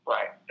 Right